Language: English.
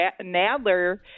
Nadler